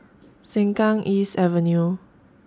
Sengkang East Avenue